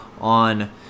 on